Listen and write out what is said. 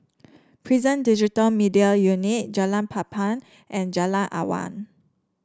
Prison Digital Media Unit Jalan Papan and Jalan Awang